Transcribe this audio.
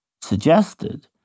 suggested